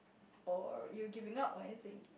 or you're giving up or anything